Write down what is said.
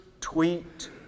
tweet